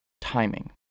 timing